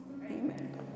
Amen